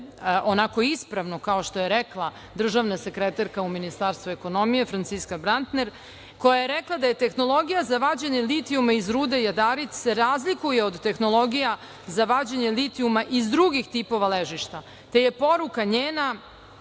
onako ispravno kao što je rekla sekretarka u Ministarstvu ekonomije Franciska Brantner, koja je rekla da je tehnologija za vađenje litijuma iz rude jadarit se razlikuje od tehnologija za vađenje litijuma iz drugih tipova ležišta, te je poruka njena